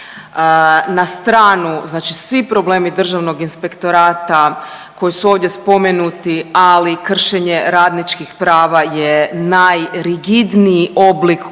Na stranu znači svi problemi Državnog inspektorata koji su ovdje spomenuti, ali kršenje radničkih prava je najrigidniji oblik